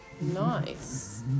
Nice